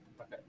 Okay